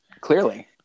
Clearly